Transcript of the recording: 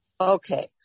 Okay